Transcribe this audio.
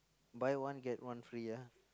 buy one get one free ah